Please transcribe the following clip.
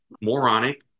moronic